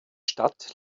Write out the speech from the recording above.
stadt